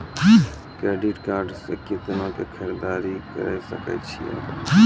Credit card से कितना के खरीददारी करे सकय छियै?